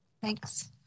Thanks